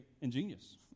ingenious